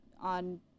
on